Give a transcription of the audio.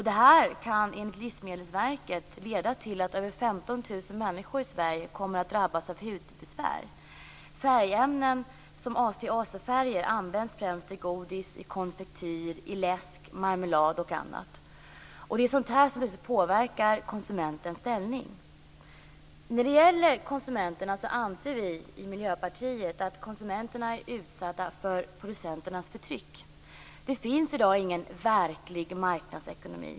Det kan enligt Livsmedelsverket leda till att över 15 000 människor i Sverige drabbas av hudbesvär. Azofärgämnen används främst i godis, konfektyr, läsk, marmelad och annat. Det är sådant som påverkar konsumentens ställning. Vi i Miljöpartiet anser att konsumenterna är utsatt för producenternas förtryck. Det finns i dag ingen verklig marknadsekonomi.